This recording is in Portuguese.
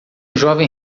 jovem